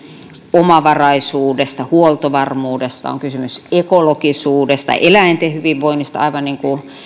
omavaraisuudesta huoltovarmuudesta on kysymys ekologisuudesta eläinten hyvinvoinnista aivan niin kuin